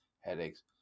headaches